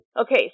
Okay